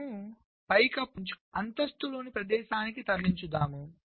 మనము పైకప్పులో అత్యల్ప బ్లాక్ను ఎంచుకుని అంతస్తులోని ప్రదేశానికి తరలించుదాము